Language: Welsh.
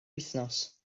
wythnos